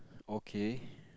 okay